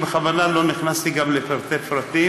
אני בכוונה לא נכנסתי לפרטי-פרטים,